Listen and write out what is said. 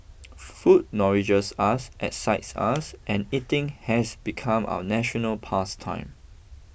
food nourishes us excites us and eating has become our national past time